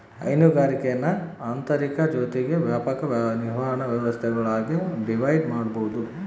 ಹೈನುಗಾರಿಕೇನ ಆಂತರಿಕ ಜೊತಿಗೆ ವ್ಯಾಪಕ ನಿರ್ವಹಣೆ ವ್ಯವಸ್ಥೆಗುಳ್ನಾಗಿ ಡಿವೈಡ್ ಮಾಡ್ಬೋದು